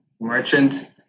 merchant